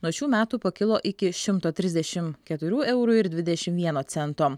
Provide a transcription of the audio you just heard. nuo šių metų pakilo iki šimto trisdešim keturių eurų ir dvidešim vieno cento